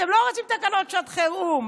אתם לא רוצים תקנות שעת חירום.